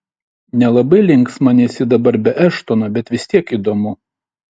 nelabai linksma nes ji dabar be eštono bet vis tiek įdomu